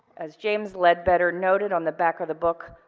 as james led better noted on the back of the book.